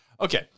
Okay